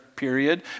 period